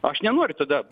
aš nenoriu duoti